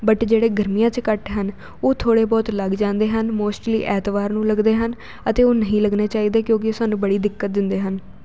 but ਜਿਹੜੇ ਗਰਮੀਆਂ 'ਚ ਕੱਟ ਹਨ ਉਹ ਥੋੜ੍ਹੇ ਬਹੁਤ ਲੱਗ ਜਾਂਦੇ ਹਨ ਮੋਸਟਲੀ ਐਤਵਾਰ ਨੂੰ ਲੱਗਦੇ ਹਨ ਅਤੇ ਉਹ ਨਹੀਂ ਲੱਗਣੇ ਚਾਹੀਦੇ ਕਿਉਂਕਿ ਸਾਨੂੰ ਬੜੀ ਦਿੱਕਤ ਦਿੰਦੇ ਹਨ